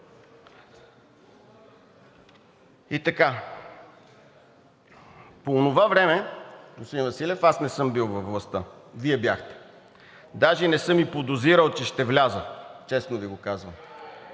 И така. По онова време, господин Василев, аз не съм бил във властта, Вие бяхте, даже не съм и подозирал, че ще вляза, честно Ви го казвам